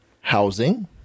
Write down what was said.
Housing